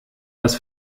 das